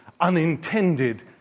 unintended